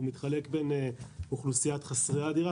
שמתחלק בין אוכלוסיית חסרי הדירה,